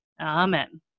Amen